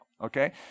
okay